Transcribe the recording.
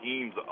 teams